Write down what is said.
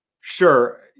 Sure